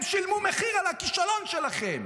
הם שילמו מחיר על הכישלון שלכם.